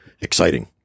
exciting